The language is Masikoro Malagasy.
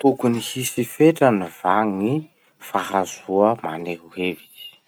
Tokony hisy fetrany va gny fahazoa maneho hevitry?